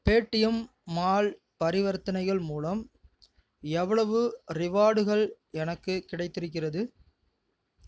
Paytm mall பரிவர்த்தனைகள் மூலம் எவ்வளவு ரிவார்டுகள் எனக்குக் கிடைத்திருக்கிறது